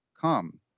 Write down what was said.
come